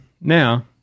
now